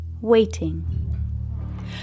waiting